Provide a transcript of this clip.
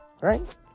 Right